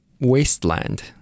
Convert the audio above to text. Wasteland